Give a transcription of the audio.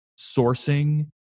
sourcing